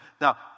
Now